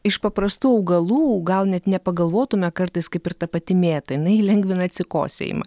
iš paprastų augalų gal net nepagalvotume kartais kaip ir ta pati mėta jinai lengvina atsikosėjimą